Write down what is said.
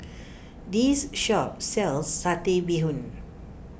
this shop sells Satay Bee Hoon